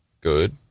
good